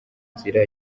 nzira